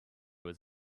was